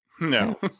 No